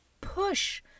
push